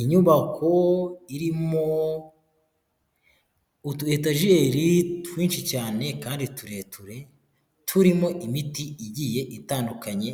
Inyubako irimo utuyetajeri twinshi cyane kandi tureture turimo imiti igiye itandukanye